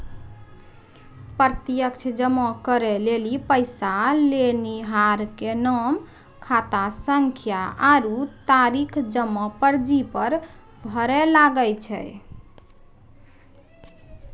प्रत्यक्ष जमा करै लेली पैसा लेनिहार के नाम, खातासंख्या आरु तारीख जमा पर्ची पर भरै लागै छै